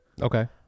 okay